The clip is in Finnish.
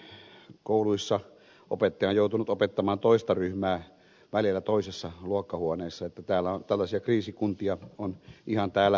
joissakin kouluissa opettaja on joutunut opettamaan toista ryhmää välillä toisessa luokkahuoneessa että täällä on tällaisia kriisikuntia ihan täällä rintamaillakin